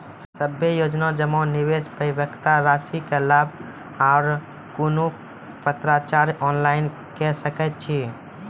सभे योजना जमा, निवेश, परिपक्वता रासि के लाभ आर कुनू पत्राचार ऑनलाइन के सकैत छी?